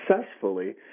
successfully